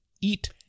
eat